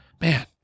Man